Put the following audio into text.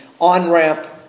on-ramp